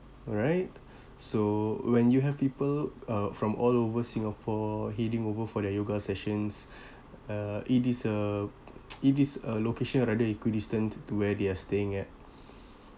right so when you have people uh from all over singapore heading over for their yoga sessions uh it is a it is a location rather equidistant to where they are staying at